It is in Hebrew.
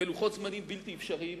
בלוחות זמנים בלתי אפשריים,